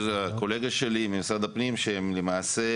הקולגה שלי ממשרד הפנים ניסה להסביר שהם עושים